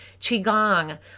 Qigong